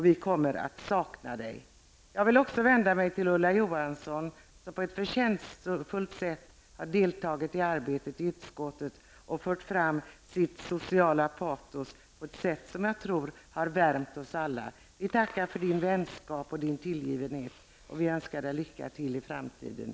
Vi kommer att sakna dig. Jag vill också vända mig till Ulla Johansson, som på ett förtjänstfullt sätt deltagit i arbetet i utskottet och fört fram sitt sociala patos på ett sätt som jag tror har värmt oss alla. Vi tackar för din vänskap och tillgivenhet. Vi önskar dig lycka till i framtiden.